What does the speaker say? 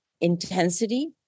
intensity